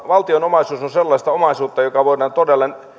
valtion omaisuus on sellaista omaisuutta että todella